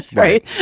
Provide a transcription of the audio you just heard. right?